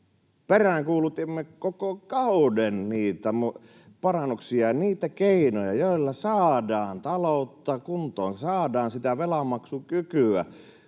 peräänkuulutimme koko kauden niitä parannuksia, niitä keinoja, joilla saadaan taloutta kuntoon, saadaan sitä velanmaksukykyä,